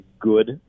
good